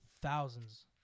thousands